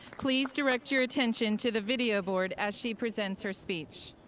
please direct your attention to the video board as she presents her speech.